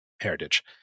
heritage